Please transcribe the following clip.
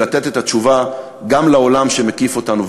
לתת את התשובה גם לעולם שמקיף אותנו,